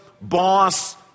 boss